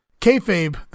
kayfabe